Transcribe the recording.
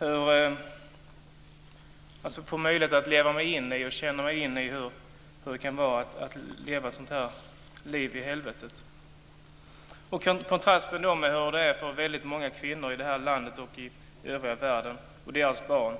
Jag fick möjlighet att leva mig in i hur det kan vara att leva ett sådant liv i helvetet och hur det är för väldigt många kvinnor och barn i detta land och i övriga världen för vilka